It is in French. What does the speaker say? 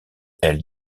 elle